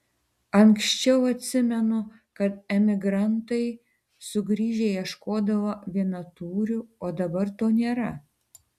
anksčiau atsimenu kad emigrantai sugrįžę ieškodavo vienatūrių o dabar to nėra